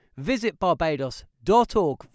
visitbarbados.org